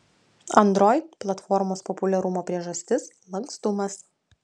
android platformos populiarumo priežastis lankstumas